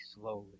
slowly